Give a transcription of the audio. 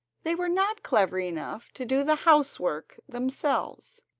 they were not clever enough to do the housework themselves,